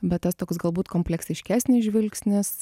bet tas toks galbūt kompleksiškesnis žvilgsnis